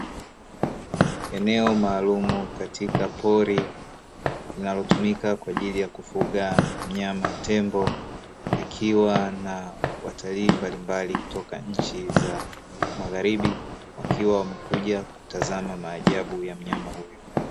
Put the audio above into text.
Eneo maalumu katika pori linalotumika kwa ajili ya kufuga mnyama tembo, likiwa na watali mbalimbali kutoka nchi za magharibi wakiwa wamekuja kutazama maajabu ya mnyama huyo.